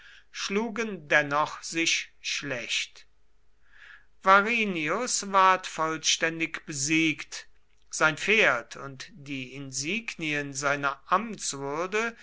schlugen dennoch sich schlecht varinius ward vollständig besiegt sein pferd und die insignien seiner